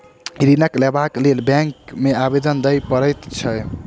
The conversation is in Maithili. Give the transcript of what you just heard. ऋण लेबाक लेल बैंक मे आवेदन देबय पड़ैत छै